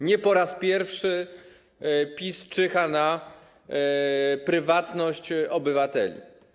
Nie po raz pierwszy PiS czyha na prywatność obywateli.